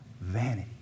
vanity